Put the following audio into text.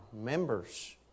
members